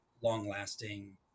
long-lasting